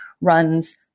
runs